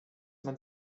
man